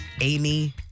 Amy